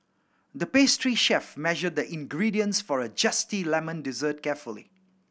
the pastry chef measured the ingredients for a zesty lemon dessert carefully